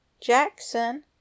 Jackson